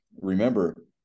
remember